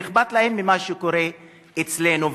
ואכפת להם ממה שקורה אצלנו ולנו.